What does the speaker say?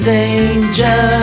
danger